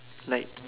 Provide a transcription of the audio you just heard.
like